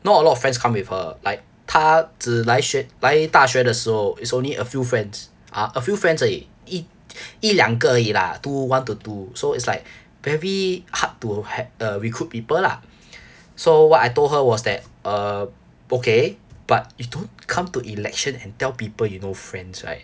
not a lot of friends come with her like 她只来学来大学的时候 is only a few friends ah a few friends 而已一一两个而已啦 two one to two so it's like very hard to ha~ uh recruit people lah so what I told her was that uh okay but you don't come to election and tell people you no friends right